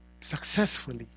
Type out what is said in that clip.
successfully